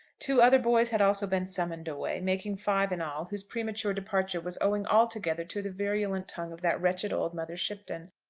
two other boys had also been summoned away, making five in all, whose premature departure was owing altogether to the virulent tongue of that wretched old mother shipton.